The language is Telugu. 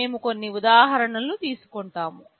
మేము కొన్ని ఉదాహరణలు తీసుకుంటాము